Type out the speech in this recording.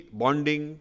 bonding